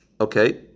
Okay